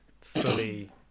fully